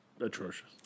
atrocious